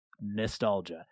nostalgia